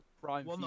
prime